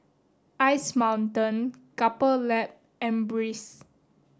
Ice Mountain Couple Lab and Breeze